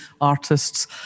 artists